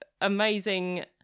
amazing